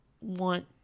want